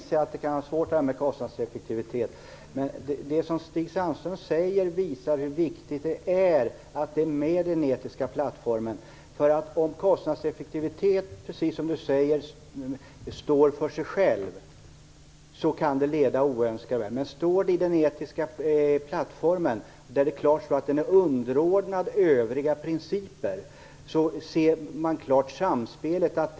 Herr talman! Jag inser att kostnadseffektivitet kan vara svårt. Men det som Stig Sandström säger visar hur viktigt det är att den är med i den etiska plattformen. Om kostnadseffektivitet, precis som Stig Sandström säger, står för sig själv kan den leda in på oönskade vägar. Men finns den med i den etiska plattformen och det klart står att den är underordnad övriga principer, ser man samspelet klart.